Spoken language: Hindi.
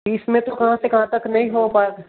तीस में तो कहाँ से कहाँ तक नहीं हो पाएगा